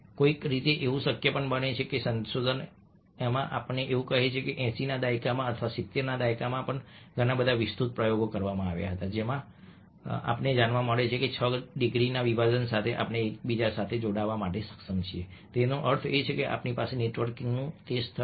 કોઈક રીતે એવું શક્ય છે કે સંશોધન આપણને કહે છે અને 80 ના દાયકામાં અથવા તો 70 ના દાયકામાં પણ ઘણા બધા વિસ્તૃત પ્રયોગો કરવામાં આવ્યા હતા જે અમને જણાવે છે કે છ ડિગ્રીના વિભાજન સાથે આપણે એકબીજા સાથે જોડાવા માટે સક્ષમ છીએ તેનો અર્થ એ છે કે આપણી પાસે નેટવર્કીંગનું તે સ્તર છે